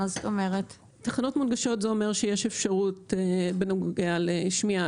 תחנות מונגשות זה אומר שיש אפשרות בנוגע לשמיעה,